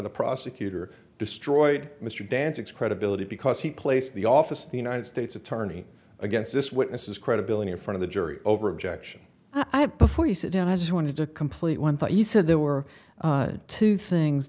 the prosecutor destroyed mr vance its credibility because he placed the office of the united states attorney against this witness is credibility in front of the jury over objection i have before you sit down i just wanted to complete one thought he said there were two things